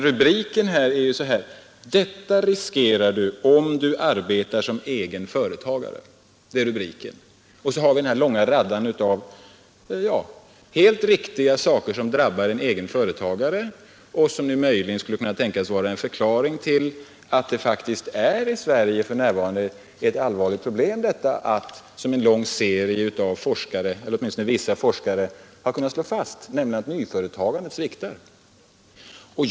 Rubriken lyder: ”Detta riskerar du om du arbetar som egen företagare.” Därefter kommer den långa raden av helt riktiga saker som drabbar en egen företagare och som möjligen skulle kunna tänkas vara en förklaring till att det som vissa forskare kunnat slå fast, nämligen att nyföretagandet sviktar, faktiskt i Sverige för närvarande är ett allvarligt problem.